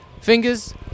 fingers